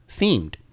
themed